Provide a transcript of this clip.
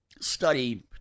study